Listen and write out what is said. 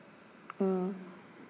mm